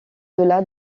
delà